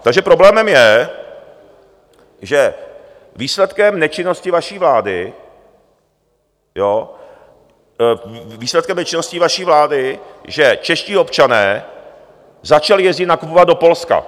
Takže problémem je, že výsledkem nečinnosti vaší vlády, výsledkem nečinnosti vaší vlády je, že čeští občané začali jezdit nakupovat do Polska.